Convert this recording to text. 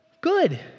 Good